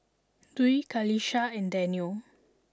Dwi Qalisha and Daniel